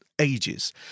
ages